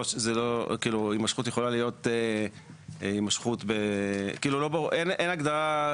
הימשכות יכולה להיות הימשכות, אין הגדרה,